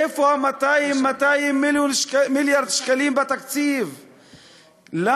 איפה 200 מיליארד השקלים בתקציב?